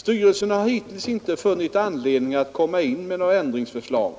Styrelsen har hittills inte funnit anledning att komma in med några ändringsförslag.